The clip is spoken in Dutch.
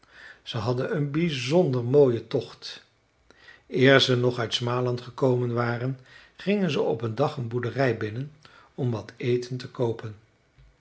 ze hadden een bijzonder mooien tocht eer ze nog uit smaland gekomen waren gingen ze op een dag een boerderij binnen om wat eten te koopen